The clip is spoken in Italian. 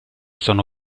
sono